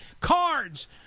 Cards